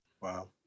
Wow